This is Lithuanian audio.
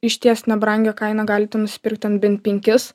išties nebrangią kainą galite nusipirkt ten bent penkis